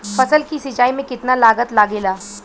फसल की सिंचाई में कितना लागत लागेला?